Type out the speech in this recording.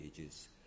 ages